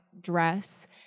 dress